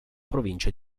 provincia